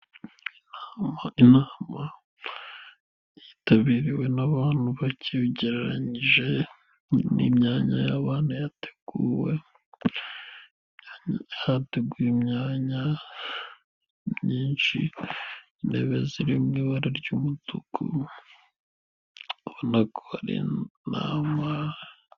Inama yitabiriwe n'abantu bake ugereranyije n'imyanya yabana yateguwe. Hateguye imyanya myinshi intebe ziri mu ibara ry'umutuku ubona ko hari.